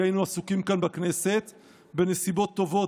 כי היינו עסוקים כאן בכנסת בנסיבות טובות,